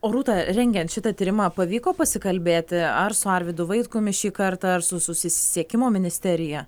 o rūta rengiant šitą tyrimą pavyko pasikalbėti ar su arvydu vaitkumi šį kartą ar su susisiekimo ministerija